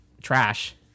Trash